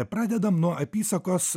pradedam nuo apysakos